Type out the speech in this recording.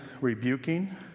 rebuking